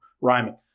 Rhyming